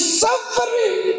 suffering